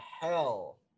hell